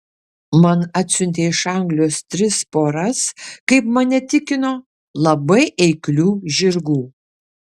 man atsiuntė iš anglijos tris poras kaip mane tikino labai eiklių žirgų